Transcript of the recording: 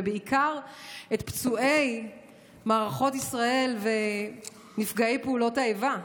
ובעיקר את פצועי מערכות ישראל ונפגעי פעולות האיבה.